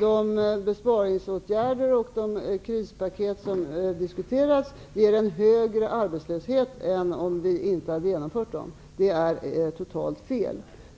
de besparingsåtgärder och de krispaket som diskuterades fram ger en högre arbetslöshet än om de inte skulle genomföras. Det är totalt fel.